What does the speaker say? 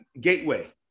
gateway